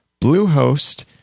Bluehost